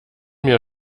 mir